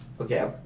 Okay